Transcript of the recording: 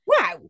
Wow